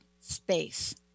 space